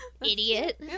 Idiot